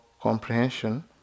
comprehension